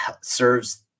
serves